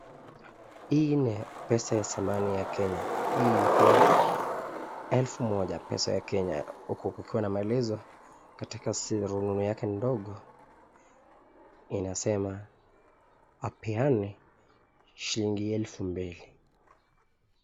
Hii ni pesa ya zamani ya Kenya. Hii ilikuwa elfu moja pesa ya Kenya huku kukiwa na maelezo katika rununu yake ndogo inasema apeane shilingi elfu mbili.